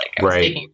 Right